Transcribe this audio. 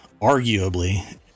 arguably